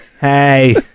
Hey